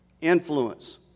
Influence